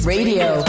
Radio